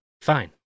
Fine